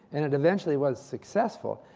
and it eventually was successful.